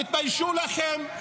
תתביישו לכם.